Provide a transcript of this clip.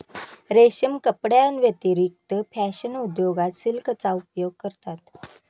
रेशीम कपड्यांव्यतिरिक्त फॅशन उद्योगात सिल्कचा उपयोग करतात